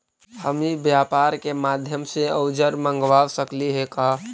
हम ई व्यापार के माध्यम से औजर मँगवा सकली हे का?